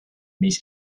miss